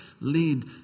lead